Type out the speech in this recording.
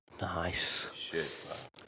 Nice